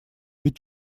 ведь